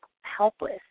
helpless